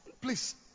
Please